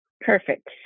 Perfect